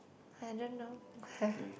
I don't know